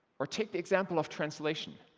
or take the example of translation.